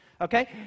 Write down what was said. okay